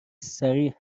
سریع